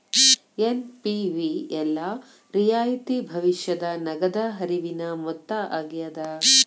NPV ಎಲ್ಲಾ ರಿಯಾಯಿತಿ ಭವಿಷ್ಯದ ನಗದ ಹರಿವಿನ ಮೊತ್ತ ಆಗ್ಯಾದ